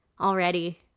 already